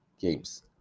games